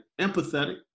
empathetic